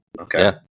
Okay